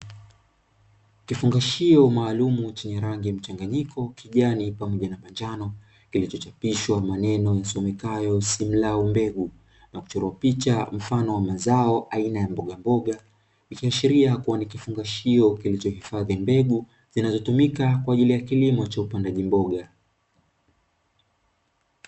Kifungashio maalumu chenye rangi ya mchangayiko kijani pamoja na manjano kilichochapishwa maneno yasomekayo "simlaw" mbegu, na kuchorwa picha mfano wa mazao aina ya mbogamboga, ikiashiria kuwa ni kifungashio kilichohifadhi mbegu zinazotumika kwa ajili ya kilimo cha upandaji mboga.